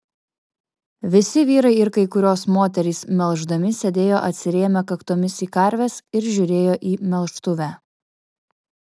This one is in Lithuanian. visi vyrai ir kai kurios moterys melždami sėdėjo atsirėmę kaktomis į karves ir žiūrėjo į melžtuvę